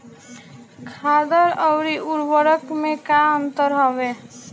खादर अवरी उर्वरक मैं का अंतर हवे?